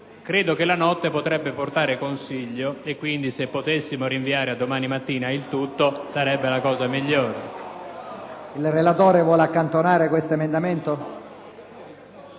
Credo che la notte potrebbe portare consiglio e, pertanto, se potessimo rinviare a domani mattina il tutto, sarebbe la cosa migliore. PRESIDENTE. Il relatore vuole accantonare l'emendamento